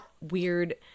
weird